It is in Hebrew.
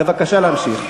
בבקשה להמשיך.